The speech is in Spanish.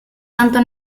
tanto